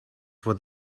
what